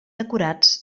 decorats